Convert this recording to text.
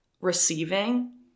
receiving